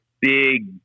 Big